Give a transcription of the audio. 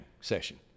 session